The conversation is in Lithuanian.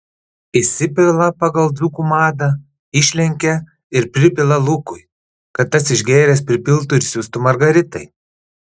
įsipila pagal dzūkų madą išlenkia ir pripila lukui kad tas išgėręs pripiltų ir siųstų margaritai